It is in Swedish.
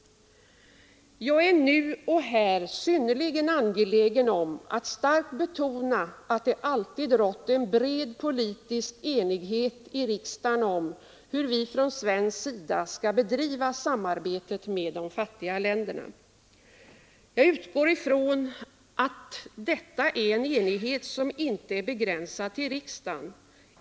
Jag är nu och här synnerligen angelägen om att starkt betona, att det alltid rått en bred politisk enighet i riksdagen om hur vi från svensk sida skall bedriva samarbetet med de fattiga länderna. Jag utgår ifrån att detta är en enighet som inte är begränsad till riksdagen.